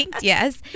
yes